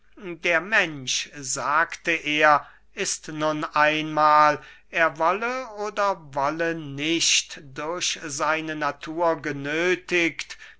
der mensch sagte er ist nun einmahl er wolle oder wolle nicht durch seine natur genöthigt